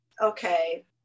Okay